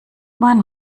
man